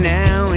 now